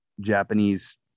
japanese